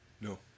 no